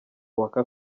waka